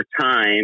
time